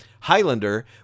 Highlander